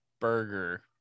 Burger